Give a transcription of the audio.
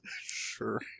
sure